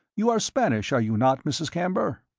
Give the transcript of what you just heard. you are spanish, are you not, mrs. camber?